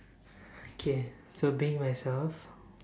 okay so being myself